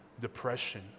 depression